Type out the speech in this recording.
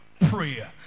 prayer